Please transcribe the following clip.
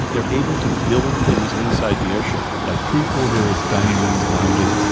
they're able to build things inside the airship like crew quarters, dining rooms, lounges,